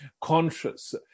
conscious